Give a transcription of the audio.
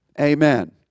Amen